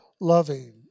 loving